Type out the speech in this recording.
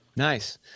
Nice